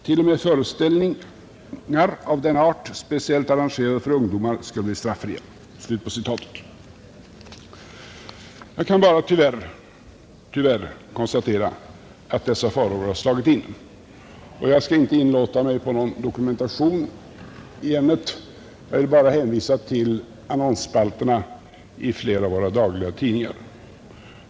T. o. m. föreställningar av denna art, speciellt arrangerade för ungdomar, skulle bli straffria.” Jag kan endast med beklagande konstatera att dessa farhågor har besannats, och jag skall inte inlåta mig på någon dokumentation i ämnet utan hänvisar till annonsspalterna i flera av våra dagliga tidningar.